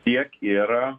tiek yra